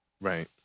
Right